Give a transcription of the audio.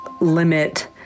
limit